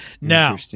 Now